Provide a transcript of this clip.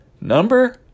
number